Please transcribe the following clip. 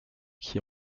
qui